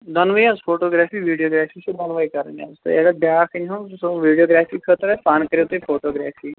دۅنوَے حظ photography videography چھِ دۅنوَے کَرِنۍ حظ تہٕ اَگر بیٛاکھ أنۍہوٗن یُس زن ویٖڈیو گرٛافی خٲطرٕے پانٕے کٔرِو تُہۍ فوٗٹوٗ گرٚافی